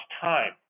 time